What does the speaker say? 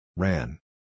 Ran